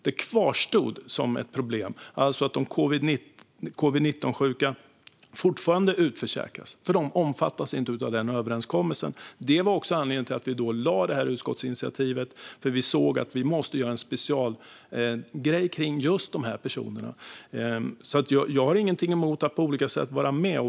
Det kvarstod som ett problem att de covid-19-sjuka fortfarande utförsäkras, för de omfattas inte av den överenskommelsen. Det var också anledningen till att vi tog det här utskottsinitiativet; vi såg att vi måste göra en specialgrej kring just de här personerna. Jag har ingenting emot att på olika sätt vara med.